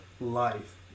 life